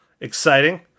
Exciting